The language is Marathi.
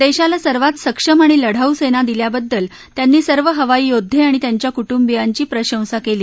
देशाला सर्वात सक्षम आणि लढाऊ सेना दिल्याबद्दल त्यांनी सर्व हवाई योद्वे आणि त्यांच्या कु बियांची प्रशंसा केली